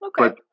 Okay